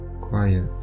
quiet